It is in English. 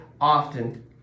often